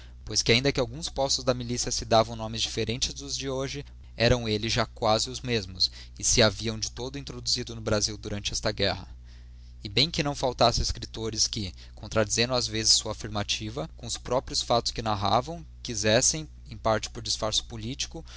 pois que ainda que a alguns postos da milicia se davam nomes diflferentes dos de hoje eram elles já quasi os mesmos e se haviam de todo introduzido no brasil durante esta guerra e bem que não faltassem escriptores que contradizendo ás vezes sua afirmativa com os próprios factos que narravam quizessem em parte por disfarce politico